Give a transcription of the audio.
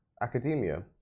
academia